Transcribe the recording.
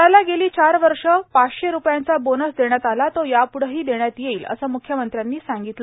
धानाला गेली चार वर्ष पाचशे रूपयांचा बोनस देण्यात आला तो यापुढेही देण्यात येईल असं मुख्यमंत्र्यानी सांगितलं